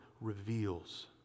reveals